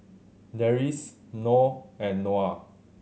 Deris Noh and Noah